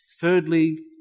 Thirdly